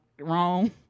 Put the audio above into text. wrong